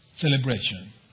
Celebration